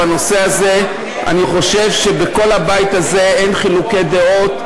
בנושא הזה אני חושב שבכל הבית הזה אין חילוקי דעות.